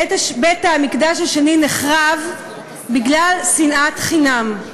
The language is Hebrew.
בית-המקדש השני נחרב בגלל שנאת חינם.